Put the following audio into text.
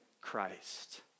Christ